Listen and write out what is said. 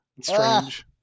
strange